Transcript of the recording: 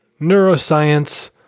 neuroscience